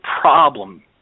problem